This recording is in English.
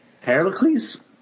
Heracles